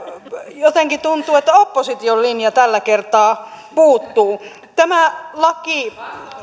jotenkin tuntuu että opposition linja tällä kertaa puuttuu tämä laki